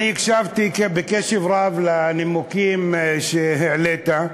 הקשבתי בקשב רב לנימוקים שהעלית,